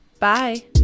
Bye